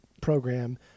program